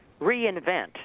reinvent